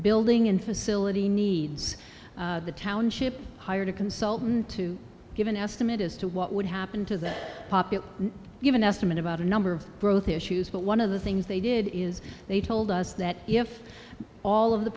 building in facility needs the township hired a consultant to give an estimate as to what would happen to that popular even estimate about a number of growth issues but one of the things they did is they told us that if all of the